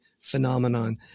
phenomenon